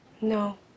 No